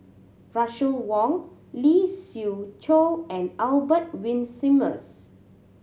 Russel Wong Lee Siew Choh and Albert Winsemius